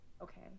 Okay